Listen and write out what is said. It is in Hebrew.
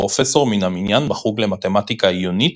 פרופסור מן המניין בחוג למתמטיקה עיונית